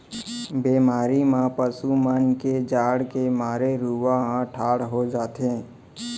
बेमारी म पसु मन के जाड़ के मारे रूआं ह ठाड़ हो जाथे